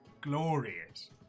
glorious